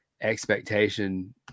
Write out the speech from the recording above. expectation